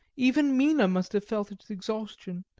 even mina must have felt its exhaustion,